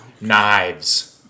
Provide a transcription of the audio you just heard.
Knives